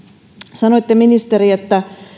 sanoitte ministeri että